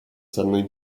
suddenly